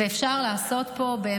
ואפשר לעשות פה,